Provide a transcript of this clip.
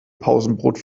pausenbrot